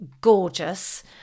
gorgeous